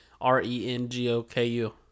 R-E-N-G-O-K-U